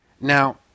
Now